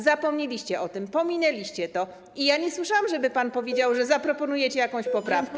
Zapomnieliście o tym, pominęliście to, a nie słyszałam, żeby pan powiedział, że zaproponujecie jakąś poprawkę.